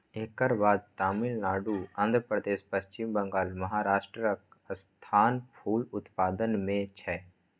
एकर बाद तमिलनाडु, आंध्रप्रदेश, पश्चिम बंगाल, महाराष्ट्रक स्थान फूल उत्पादन मे छै